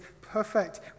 perfect